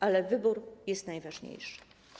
Ale wybór jest najważniejszy.